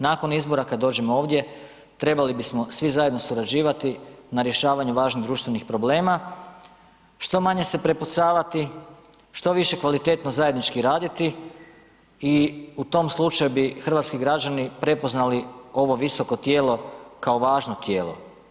Nakon izbora kada dođemo ovdje trebali bismo svi zajedno surađivati na rješavanju važnih društvenih problema, što manje se prepucavati, što više kvalitetno zajednički raditi i u tom slučaju bi hrvatski građani prepoznali ovo visoko tijelo kao važno tijelo.